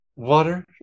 water